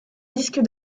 disque